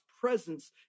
presence